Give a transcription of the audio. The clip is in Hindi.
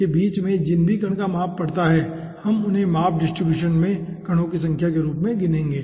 तो इस के बीच में जिन भी कण का माप पड़ता हैं हम उन्हें माप डिस्ट्रीब्यूशन में कणों की संख्या के रूप में गिनेंगे